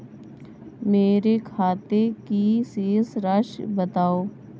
मेरे खाते की शेष राशि बताओ?